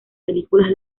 películas